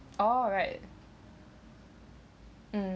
oh right um